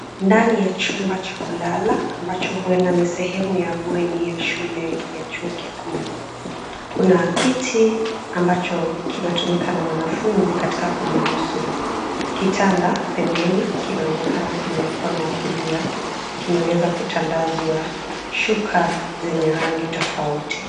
Ndani ya chumba cha kulala ambacho huenda ni sehemu ya bweni ya shule ya chuo kikuu kuna kiti ambacho kinatumika na mwanafunzi katika kudurusu. Kitanda pembeni kinaonekana kwenye mkono wa kulia. Kimeweza kutandazwa shuka zenye rangi tofauti.